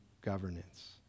governance